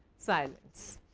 silence,